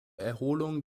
erholung